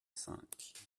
cinq